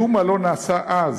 מאומה לא נעשה אז,